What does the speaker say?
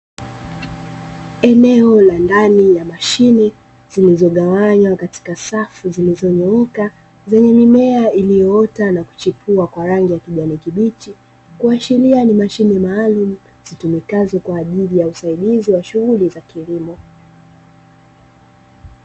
Eneo la ndani ya mashine zilizogawanywa katika safu zilizonyooka, zenye mimea iliyoota na kuchipua kwa rangi ya kijani kibichi. Kuashiria ni mashine maalumu zitumikazo kwa ajili ya usaidizi wa shughuli za kilimo.